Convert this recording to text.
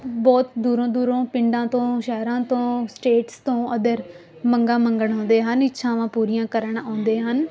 ਬਹੁਤ ਦੂਰੋਂ ਦੂਰੋਂ ਪਿੰਡਾਂ ਤੋਂ ਸ਼ਹਿਰਾਂ ਤੋਂ ਸਟੇਟਸ ਤੋਂ ਅਦਰ ਮੰਗਾਂ ਮੰਗਣ ਆਉਂਦੇ ਹਨ ਇੱਛਾਵਾਂ ਪੂਰੀਆਂ ਕਰਨ ਆਉਂਦੇ ਹਨ